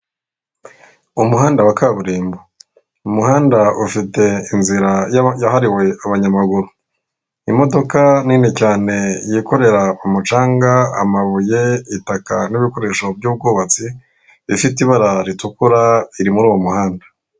Umuhanda wa kaburimbo umuhanda ufite inzira yahariwe abanyamaguru, imodoka nini cyane yikorera ku mucanga amabuye ita n'ibikoresho by'ubwubatsi, ifite ibara ritukura iri muri uwo muhanda.